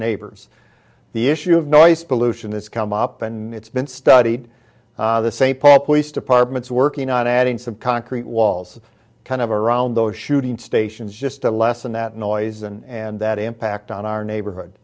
neighbors the issue of noise pollution that's come up and it's been studied the st paul police departments working on adding some concrete walls kind of around those shooting stations just a lesson that noise and that impact on our neighborhood